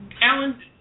Alan